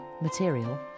material